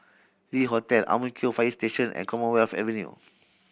Le Hotel Ang Mo Kio Fire Station and Commonwealth Avenue